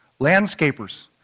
landscapers